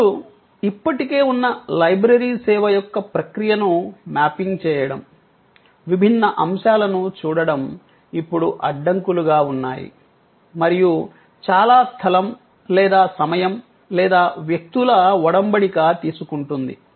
ఇప్పుడు ఇప్పటికే ఉన్న లైబ్రరీ సేవ యొక్క ప్రక్రియను మ్యాపింగ్ చేయడం విభిన్న అంశాలను చూడటం ఇప్పుడు అడ్డంకులుగా ఉన్నాయి మరియు చాలా స్థలం లేదా సమయం లేదా వ్యక్తుల ఒడంబడిక తీసుకుంటుంది